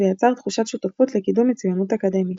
ויצר תחושת שותפות לקידום מצוינות אקדמית.